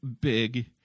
big